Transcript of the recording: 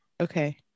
Okay